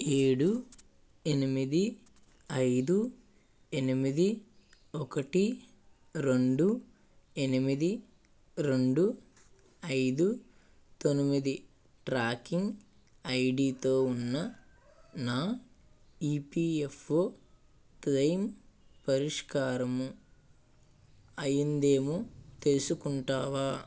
ఏడు ఎనిమిది ఐదు ఎనిమిది ఒకటి రెండు ఎనిమిది రెండు ఐదు తొమ్మిది ట్రాకింగ్ ఐడితో ఉన్న నా ఈపీఎఫ్ఓ క్లెయిమ్ పరిష్కారము అయ్యిందేమో తెలుసుకుంటావా